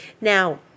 now